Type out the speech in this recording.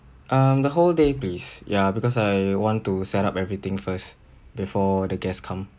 um the whole day please ya because I want to set up everything first before the guests come